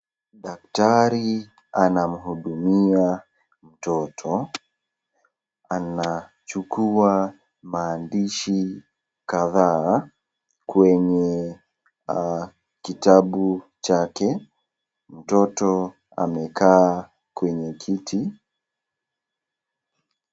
Daktari anamhudumia mtoto, anachukua maadishi kadhaa kwenye kitabu chake, mtoto amekaa kwenye kiti.